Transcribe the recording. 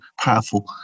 powerful